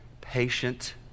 patient